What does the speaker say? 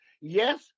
Yes